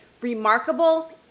remarkable